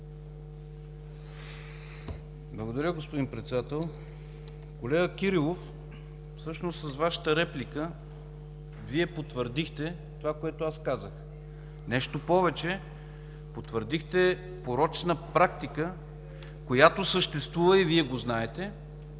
Благодаря, господин Председател. Господин Кирилов, всъщност с Вашата реплика Вие потвърдихте това, което аз казах. Нещо повече – потвърдихте порочна практика, която съществува и Вие я знаете,